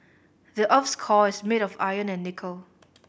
the earth's core is made of iron and nickel